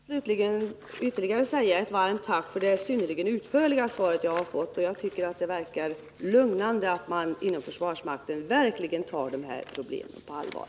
Herr talman! Jag vill slutligen rikta ytterligare ett varmt tack till försvarsministern för det synnerligen utförliga svar som jag har fått. Det är lugnande att man inom försvarsmakten verkligen tar de här problemen på allvar.